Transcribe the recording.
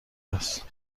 هست